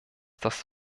das